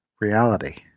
reality